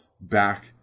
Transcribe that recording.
back